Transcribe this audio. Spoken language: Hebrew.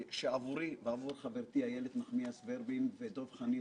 שעבורי ועבור חברתי איילת נחמיאס ורבין וחברי דב חנין